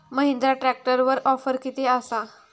महिंद्रा ट्रॅकटरवर ऑफर किती आसा?